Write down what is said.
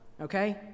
okay